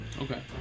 okay